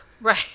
Right